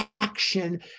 action